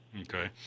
Okay